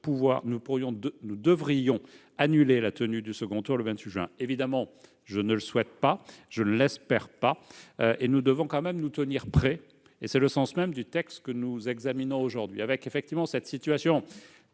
nous devions annuler la tenue du second tour le 28 juin. Évidemment, je ne le souhaite pas, je ne l'espère pas ; mais nous devons nous tenir prêts. C'est le sens même du texte que nous examinons aujourd'hui. La situation est certes,